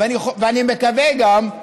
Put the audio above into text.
ואני מקווה גם,